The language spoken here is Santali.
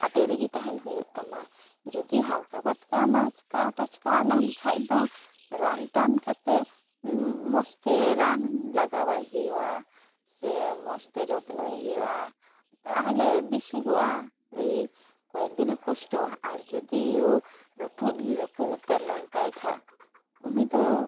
ᱟᱴᱮᱫ ᱨᱮᱜᱮ ᱛᱟᱦᱮᱱ ᱦᱩᱭᱩᱜ ᱛᱟᱢᱟ ᱡᱩᱫᱤ ᱦᱟᱞᱠᱟ ᱵᱷᱟᱛᱠᱟ ᱢᱟᱪᱠᱟᱣ ᱴᱟᱪᱠᱟᱣ ᱞᱮᱱᱠᱷᱟᱱ ᱫᱚ ᱨᱟᱱ ᱴᱟᱱ ᱠᱟᱛᱮᱫ ᱢᱚᱡᱽᱛᱮ ᱨᱟᱱ ᱞᱟᱜᱟᱣᱟᱭ ᱦᱩᱭᱩᱜᱼᱟ ᱥᱮ ᱢᱚᱡᱽᱛᱮ ᱡᱚᱛᱱᱚᱭᱮ ᱦᱩᱭᱩᱜᱼᱟ ᱛᱟᱦᱞᱮ ᱵᱮᱥᱚᱜᱚᱜᱼᱟ ᱠᱚᱭᱮᱠᱫᱤᱱᱮ ᱠᱚᱥᱴᱚᱜᱼᱟ ᱟᱨ ᱡᱩᱫᱤᱭᱳ ᱨᱟᱹᱯᱩᱫ ᱜᱮ ᱨᱟᱹᱯᱩᱫ ᱩᱛᱟᱹᱨ ᱞᱮᱱᱛᱟᱭ ᱠᱷᱟᱱ ᱩᱱᱤᱫᱚ